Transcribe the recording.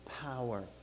power